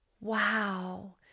Wow